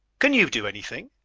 can you do anything?